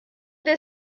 they